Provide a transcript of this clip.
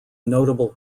notable